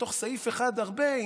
בתוך סעיף אחד הרבה,